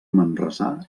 manresà